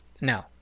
No